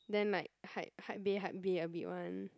then like hype hype bae hype bae a bit [one]